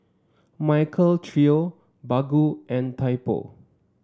Michael Trio Baggu and Typo